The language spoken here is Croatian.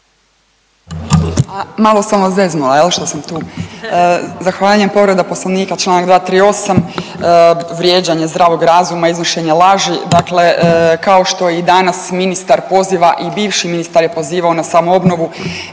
Malo sam vas zeznula jel što sam tu. Zahvaljujem, povreda Poslovnika Članak 238., vrijeđanje zdravog razuma, iznošenje laži. Dakle, kao što i danas ministar poziva i bivši ministar je pozivao na samoobnovu.